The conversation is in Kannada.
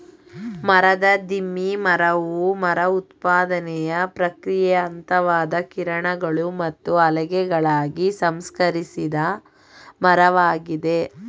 ಮರದ ದಿಮ್ಮಿ ಮರವು ಮರ ಉತ್ಪಾದನೆಯ ಪ್ರಕ್ರಿಯೆಯ ಹಂತವಾದ ಕಿರಣಗಳು ಮತ್ತು ಹಲಗೆಗಳಾಗಿ ಸಂಸ್ಕರಿಸಿದ ಮರವಾಗಿದೆ